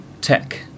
tech